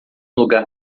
lugar